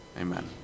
Amen